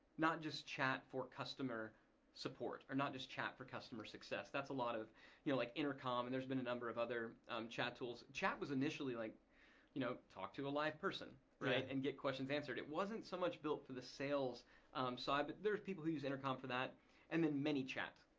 not just chat for customer support or not just chat for customer success. that's a lot of you know like intercom and there's been a number of other chat tools. chat was initially like you know talk to a live person and get questions answered. it wasn't so much built for the sales side but there's people who use intercom for that and then manychat.